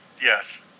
Yes